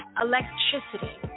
electricity